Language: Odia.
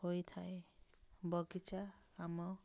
ହୋଇଥାଏ ବଗିଚା ଆମ